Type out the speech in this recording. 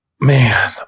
Man